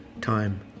time